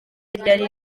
ryari